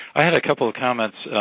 i had a couple of comments.